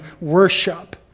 worship